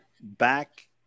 back